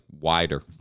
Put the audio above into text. wider